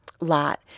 lot